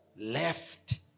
left